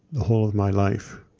the whole of my life.